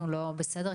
אביטל,